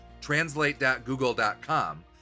translate.google.com